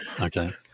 Okay